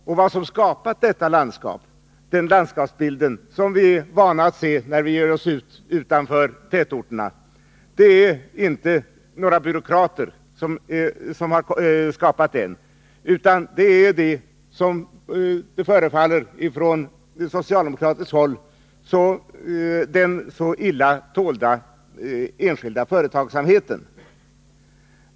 Och vad som skapat den landskapsbild som vi är vana att se när vi ger oss ut utanför tätorterna är inte några byråkrater, utan det är den, som det förefaller, från socialdemokratiskt håll så illa tålda enskilda företagsamheten.